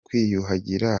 kwiyuhagira